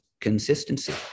consistency